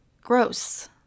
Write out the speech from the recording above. gross